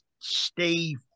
Steve